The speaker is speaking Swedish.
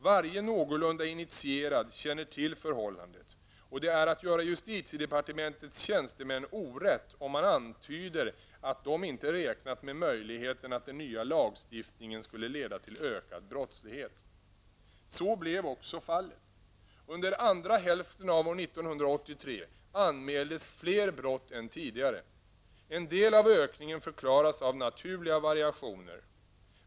Varje någorlunda initierad känner till förhållandet och det är att göra justitiedepartementets tjänstemän orätt, om man antyder att de inte räknat med möjligheten att den nya lagstiftningen skulle leda till ökad brottslighet. Så blev också fallet. Under andra hälften av år 1983 anmäldes fler brott än tidigare. En del av ökningen förklaras av naturliga variationer.